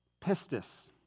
pistis